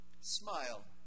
Smile